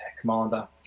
commander